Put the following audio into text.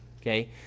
Okay